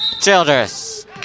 Childress